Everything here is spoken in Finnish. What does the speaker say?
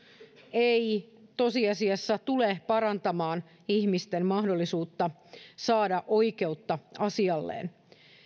ei tosiasiassa tule parantamaan ihmisten mahdollisuutta saada oikeutta asialleen